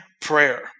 Prayer